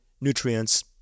nutrients